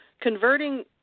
converting